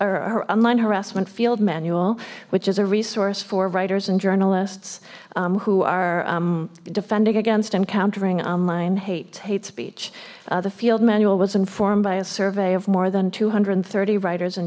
or online harassment field manual which is a resource for writers and journalists who are defending against encountering online hate hate speech the field manual was informed by a survey of more than two hundred and thirty writers and